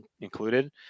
included